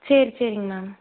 சரி சரிங்க மேம்